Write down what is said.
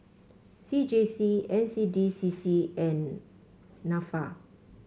C J C N C D C C and NAFA